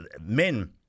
men